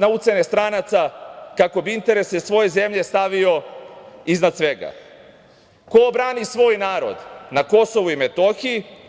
na ucene stranaca kako bi interese svoje zemlje stavio iznad svega, ko brani svoj narod na Kosovu i Metohiji.